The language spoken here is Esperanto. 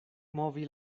movi